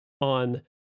on